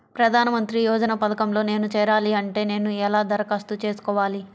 ప్రధాన మంత్రి యోజన పథకంలో నేను చేరాలి అంటే నేను ఎలా దరఖాస్తు చేసుకోవాలి?